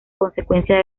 consecuencia